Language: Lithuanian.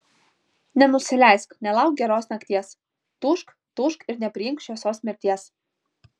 nenusileisk nelauk geros nakties tūžk tūžk ir nepriimk šviesos mirties